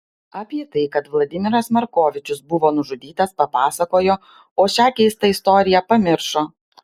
apie tai kad vladimiras markovičius buvo nužudytas papasakojo o šią keistą istoriją pamiršo